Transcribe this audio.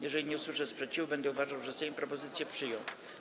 Jeżeli nie usłyszę sprzeciwu, będę uważał, że Sejm propozycje przyjął.